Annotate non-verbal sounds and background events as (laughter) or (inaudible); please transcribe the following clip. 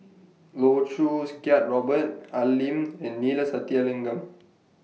Loh Choo (unintelligible) Kiat Robert Al Lim and Neila Sathyalingam